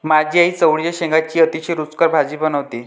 माझी आई चवळीच्या शेंगांची अतिशय रुचकर भाजी बनवते